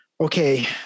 okay